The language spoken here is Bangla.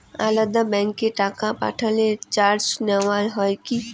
আলাদা ব্যাংকে টাকা পাঠালে চার্জ নেওয়া হয় কি?